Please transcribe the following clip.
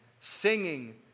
singing